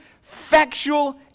factual